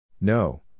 No